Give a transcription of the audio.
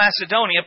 Macedonia